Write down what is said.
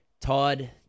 Todd